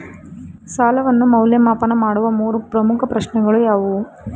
ಸಾಲವನ್ನು ಮೌಲ್ಯಮಾಪನ ಮಾಡುವ ಮೂರು ಪ್ರಮುಖ ಪ್ರಶ್ನೆಗಳು ಯಾವುವು?